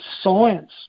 science